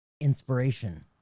inspiration